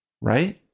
right